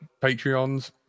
Patreons